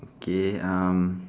okay um